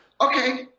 okay